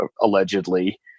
allegedly